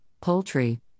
poultry